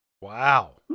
wow